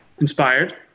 inspired